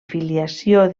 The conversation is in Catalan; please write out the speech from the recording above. filiació